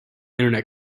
internet